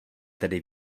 tedy